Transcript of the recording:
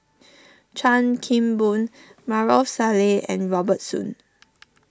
Chan Kim Boon Maarof Salleh and Robert Soon